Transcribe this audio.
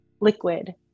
liquid